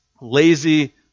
lazy